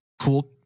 cool